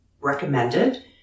recommended